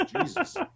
Jesus